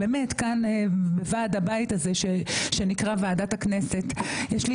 כאן בוועד הבית הזה שנקרא ועדת הכנסת יש לי